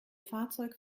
fahrzeug